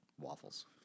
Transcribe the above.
waffles